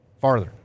farther